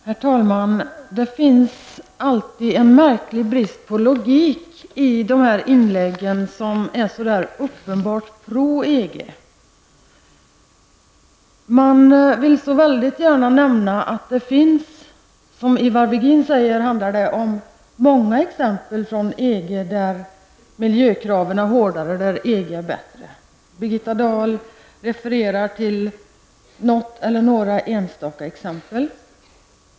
Herr talman! Det finns alltid en märklig brist på logik i inläggen från de talare som är så där uppenbart för EG: Man vill så gärna nämna att det finns exempel -- många, säger Ivar Virgin -- från EG på att miljökraven är hårdare och att EG är bättre. Birgitta Dahl anförde till något eller några enstaka exempel.